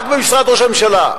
רק במשרד ראש הממשלה,